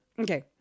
Okay